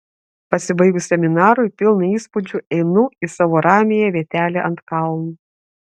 pasibaigus seminarui pilna įspūdžių einu į savo ramiąją vietelę ant kalno